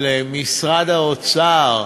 על משרד האוצר,